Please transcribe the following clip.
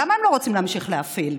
למה הם לא רוצים להמשיך להפעיל?